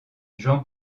jean